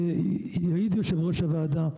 יושב-ראש הוועדה,